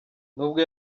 nubwo